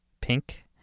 Pink